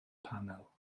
panel